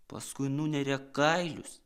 paskui nuneria kailius